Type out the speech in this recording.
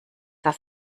das